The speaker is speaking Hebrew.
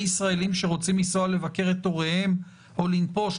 ישראלים שרוצים לנסוע לבקר את הוריהם או לנפוש,